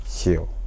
heal